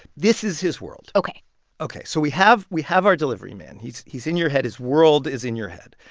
this is his world ok ok, so we have we have our delivery man. he's he's in your head. his world is in your head.